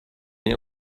rien